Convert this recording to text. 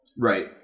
right